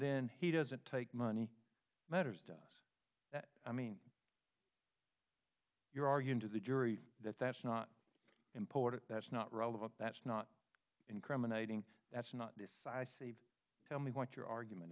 then he doesn't take money matters does that i mean you're arguing to the jury that that's not important that's not relevant that's not incriminating that's not tell me what your argument